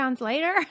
later